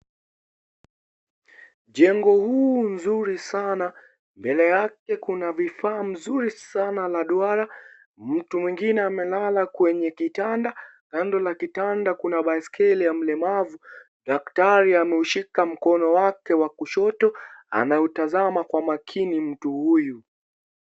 Jengo huu nzuri sana, mbele yake kuna vifaa mzuri sana la duara. Mtu mwingine amelala kwenye kitanda. Kando na kitanda kuna baiskeli ya mlemavu. Daktari ameushika mkono wake wa kushoto. Anamtazama kwa makini mtu huyu.